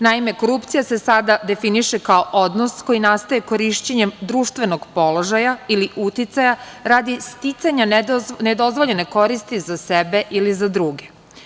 Naime, korupcija se sada definiše kao odnos koji nastaje korišćenjem društvenog položaja ili uticaja radi sticanja nedozvoljene koristi za sebe ili za druge.